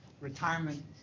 retirement